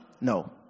No